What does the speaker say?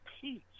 peace